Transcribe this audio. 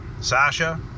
Sasha